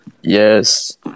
Yes